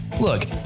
Look